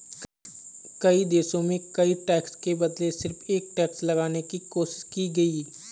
कई देशों में कई टैक्स के बदले सिर्फ एक टैक्स लगाने की कोशिश की गयी